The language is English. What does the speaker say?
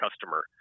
customer